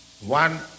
One